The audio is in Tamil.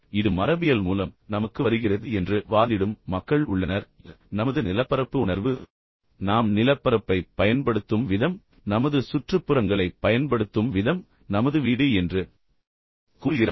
இது மரபியல் மூலம் நமக்கு வருகிறது என்று வாதிடும் மக்கள் உள்ளனர் நமது நிலப்பரப்பு உணர்வு நாம் நிலப்பரப்பைப் பயன்படுத்தும் விதம் நமது சுற்றுப்புறங்களைப் பயன்படுத்தும் விதம் நமது வீடு என்று கூறுகிறார்கள்